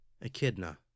Echidna